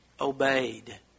obeyed